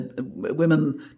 women